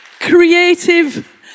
creative